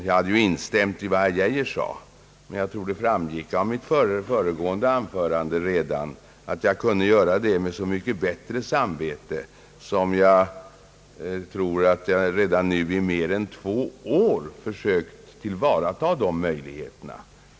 Jag hade ju instämt i vad herr Geijer sade, men jag tror att det framgick av mitt föregående anförande att jag kunde göra det med så mycket bättre samvete som jag i mer än två år försökt tillvarata dessa möjligheter.